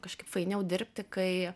kažkaip fainiau dirbti kai